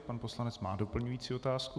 Pan poslanec má doplňující otázku.